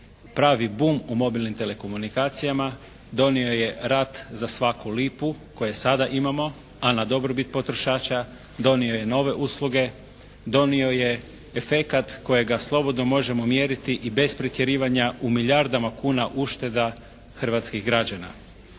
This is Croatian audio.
pravi bum u mobilnim komunikacijama. Donio je rat za svaku lipu koje sada imamo, a na dobrobit potrošača. Donio je nove usluge. Donio je efekat kojega slobodno možemo mjeriti i bez pretjerivanja u milijardama kuna ušteda hrvatskih građana.